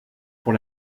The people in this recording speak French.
pour